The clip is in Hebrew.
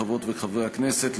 חברות וחברי הכנסת,